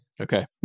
Okay